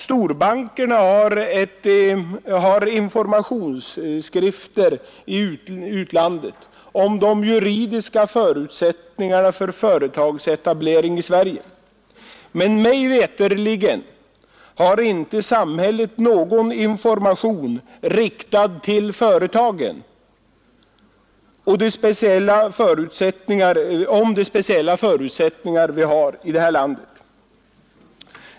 Storbankerna har informationsskrifter i utlandet om de juridiska förutsättningarna för företagsetablering i Sverige. Men mig veterligen har inte samhället någon information direkt riktad till företagen om de speciella förutsättningar vi har här i landet.